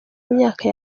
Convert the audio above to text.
imyaka